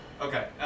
Okay